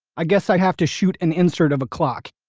i guess i have to shoot an insert of a clock.